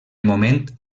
moment